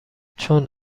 چون